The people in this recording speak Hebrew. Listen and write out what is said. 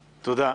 תודה.